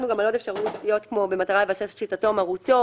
במטרה לבסס את שליטתו/מרותו."